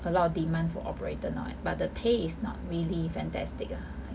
a lot of demand for operator now eh but the pay is not really fantastic lah